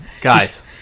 Guys